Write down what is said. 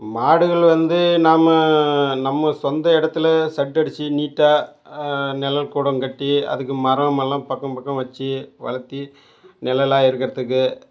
மாடுகள் வந்து நம்ம நம்ம சொந்த இடத்துல ஷெட்டடிச்சி நீட்டாக நெழல் கூடம் கட்டி அதுக்கு மரமெலாம் பக்கம் பக்கம் வச்சு வளர்த்தி நெழலா இருக்கிறத்துக்கு